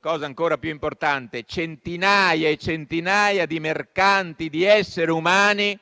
Cosa ancora più importante, centinaia e centinaia di mercanti di esseri umani